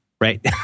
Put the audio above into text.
right